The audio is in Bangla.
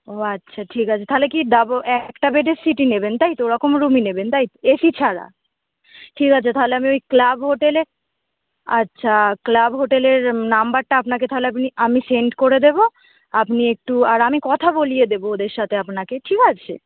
ও আচ্ছা ঠিক আছে তাহলে কি ডাব একটা বেডের সিটই নেবেন তাই তো ওরকম রুমই নেবেন তাই তো এসি ছাড়া ঠিক আছে তাহলে আমি ওই ক্লাব হোটেলে আচ্ছা ক্লাব হোটেলের নম্বরটা আপনাকে তাহলে আপনি আমি সেন্ড করে দেবো আপনি একটু আর আমি কথা বলিয়ে দেবো ওদের সাথে আপনাকে ঠিক আছে